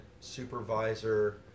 supervisor